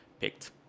picked